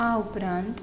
આ ઉપરાંત